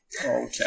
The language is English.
Okay